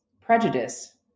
prejudice